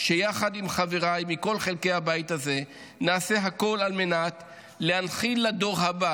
שיחד עם חבריי מכל חלקי הבית הזה נעשה הכול על מנת להנחיל לדור הבא